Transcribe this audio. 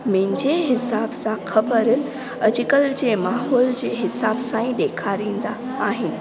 मुंजे हिसाब सां ख़बर अॼुकल्ह जे माहौल जे हिसाब सां ई ॾेखारिंदा आहिनि